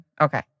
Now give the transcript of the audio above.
Okay